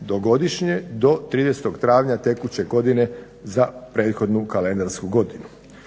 do godišnje do 30.travnja tekuće godine za prethodnu kalendarsku godinu.